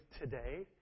today